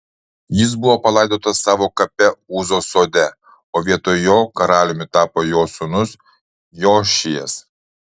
jis buvo palaidotas savo kape uzos sode o vietoj jo karaliumi tapo jo sūnus jošijas